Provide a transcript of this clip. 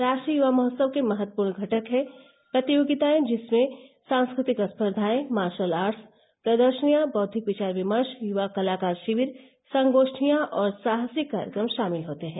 राष्ट्रीय युवा महोत्सव के महत्वपूर्ण घटक हैं प्रतियोगितायें जिसमें सांस्कृतिक स्पर्धाएं मार्शल आर्ट्स प्रदर्शनियां बौद्विक विचार विमर्श युवा कलाकार शिविर संगोष्ठियां और साहसिक कार्यक्रम शामिल होते हैं